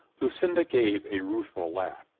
lucinda gave a rueful laugh.